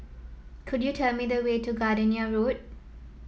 could you tell me the way to Gardenia Road